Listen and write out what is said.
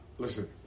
Listen